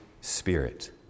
Spirit